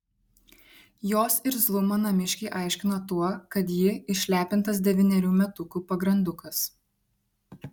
jos irzlumą namiškiai aiškino tuo kad ji išlepintas devynerių metukų pagrandukas